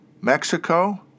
Mexico